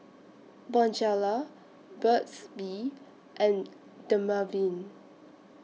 Bonjela Burt's Bee and Dermaveen